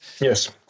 Yes